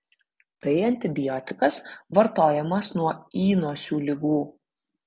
tai antibiotikas vartojamas nuo įnosių ligų